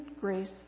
grace